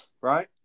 right